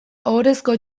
ohorezko